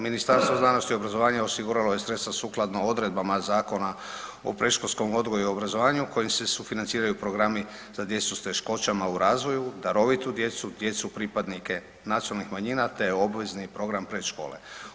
Ministarstvo znanosti i obrazovanja osiguralo je sredstva sukladno odredbama Zakona o predškolskom odgoju i obrazovanju kojim se sufinanciraju programi za djecu s teškoćama u razvoju, darovitu djecu, djecu pripadnike nacionalnih manjina te obvezni program predškole.